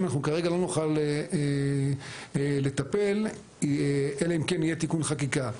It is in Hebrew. אנחנו כרגע לא נוכל לטפל אלא אם כן יהיה תיקון חקיקה.